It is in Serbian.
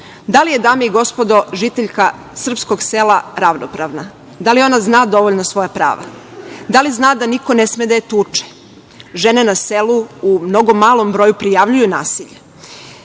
Da li je dame i gospodo žiteljka srpskog sela ravnopravna? Da li ona zna dovoljno svoja prava? Da li zna da niko ne sme da je tuče? Žene na selu u mnogo malom broju prijavljuju nasilje.